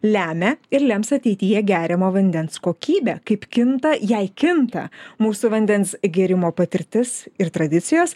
lemia ir lems ateityje geriamo vandens kokybę kaip kinta jei kinta mūsų vandens gėrimo patirtis ir tradicijos